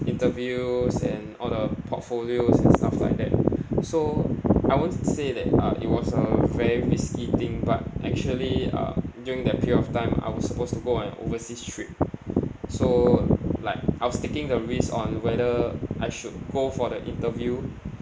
interviews and all the portfolios and stuff like that so I won't say that uh it was a very risky thing but actually uh during that period of time I was supposed to go on an overseas trip so like I was taking the risk on whether I should go for the interview